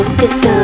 disco